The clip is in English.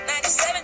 97